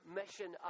mission